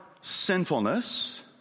sinfulness